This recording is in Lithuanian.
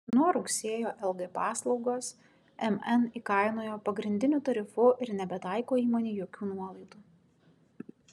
nuo rugsėjo lg paslaugas mn įkainojo pagrindiniu tarifu ir nebetaiko įmonei jokių nuolaidų